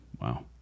wow